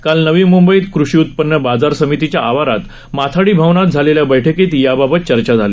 काल नवी मुंबईत कृषी उत्पन्न बाजार समितीच्या आवारात माथाडी भवनात झालेल्या बैठकीत याबाबत चर्चा झाली